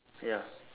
ya